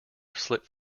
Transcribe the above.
slipped